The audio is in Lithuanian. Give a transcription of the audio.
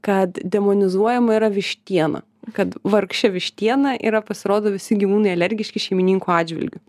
kad demonizuojama yra vištiena kad vargšė vištiena yra pasirodo visi gyvūnai alergiški šeimininkų atžvilgiu